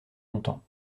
longtemps